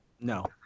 No